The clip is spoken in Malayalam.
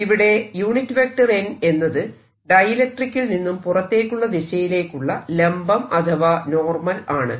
ഇവിടെ n എന്നത് ഡൈഇലൿട്രിക്കിൽ നിന്നും പുറത്തേക്കുള്ള ദിശയിലേക്കുള്ള ലംബം അഥവാ നോർമൽ ആണ്